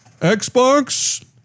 Xbox